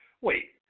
wait